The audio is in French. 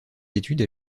études